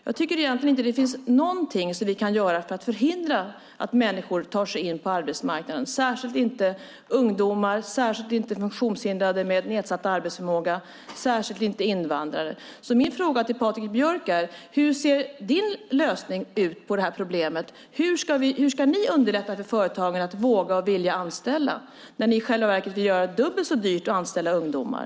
Jag tycker egentligen inte att det finns någonting som vi ska göra för att förhindra att människor tar sig in på arbetsmarknaden, särskilt inte ungdomar, funktionshindrade med nedsatt arbetsförmåga och invandrare. Min fråga till Patrik Björck är: Hur ser din lösning på problemet ut? Hur ska ni underlätta för företagen att våga och vilja anställa när ni i själva verket vill göra det dubbelt så dyrt att anställa ungdomar?